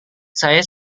saya